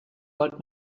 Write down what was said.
old